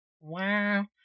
Wow